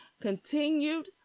continued